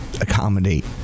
accommodate